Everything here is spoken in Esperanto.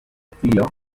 tio